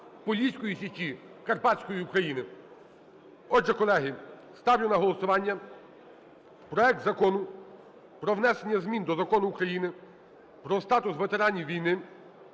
Поліської Січі, Карпатської України. Отже, колеги, ставлю на голосування проект Закону про внесення змін до Закону України "Про статус ветеранів війни,